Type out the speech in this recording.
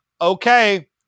okay